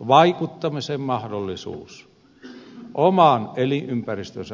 on vaikuttamisen mahdollisuus oman elinympäristönsä asioihin